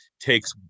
takes